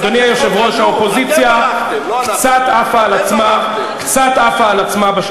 האופוזיציה, הצגתם, הצגתם חוק עלוב.